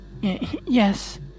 yes